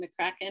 McCracken